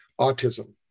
autism